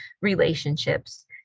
relationships